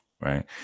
Right